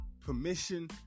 permission